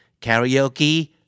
karaoke